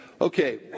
Okay